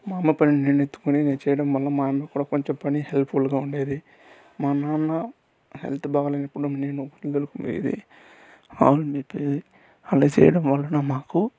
మా అమ్మ పని నేనెత్తుకుని చేయడం వల్ల మా అమ్మకి కూడా కొంచం పని హెల్ప్ఫుల్గా ఉండేది మా నాన్న హెల్త్ బాగాలేనప్పుడు నేను మిల్లులకు పోయేది ఆవులు మేపేది అలా చేయడం వలన మాకు